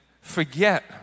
forget